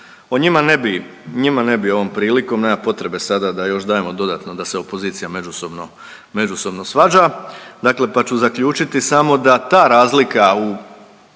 o njima ne bih ovom prilikom. Nema potrebe sada da još dajemo dodatno da se opozicija međusobno svađa, dakle pa ću zaključiti samo da ta razlika u